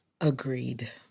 Agreed